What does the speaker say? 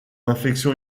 infection